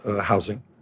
housing